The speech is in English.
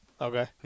Okay